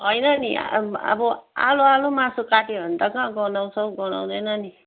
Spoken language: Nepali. हैन नि आ अब आलो आलो मासु काट्यो भने त कहाँ गनाउँछ हौ गनाउँदैन नि